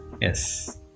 yes